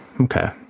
Okay